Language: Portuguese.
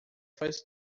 faz